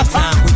time